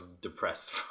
depressed